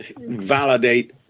validate